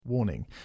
Warning